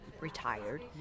retired